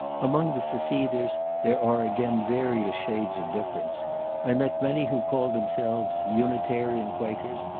among the seceders there are again various shades of difference i met many who called themselves unitarian quakers,